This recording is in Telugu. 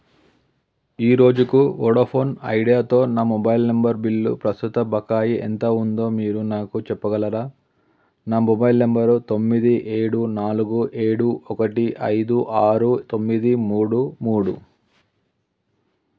ఈ రోజుకు వొడాఫోన్ ఐడియాతో నా మొబైల్ నెంబర్ బిల్లు ప్రస్తుత బకాయి ఎంత ఉందో మీరు నాకు చెప్పగలరా నా మొబైల్ నెంబరు తొమ్మిది ఏడు నాలుగు ఏడు ఒకటి ఐదు ఆరు తొమ్మిది మూడు మూడు